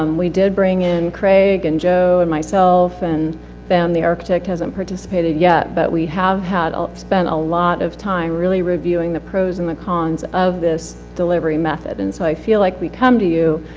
um we did bring in craig and joe and myself, and ben, the architect, hasn't participated yet. but we have had, ah spent a lot of time really reviewing the pros and the cons of this delivery method. so i feel like we come to you,